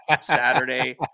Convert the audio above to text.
Saturday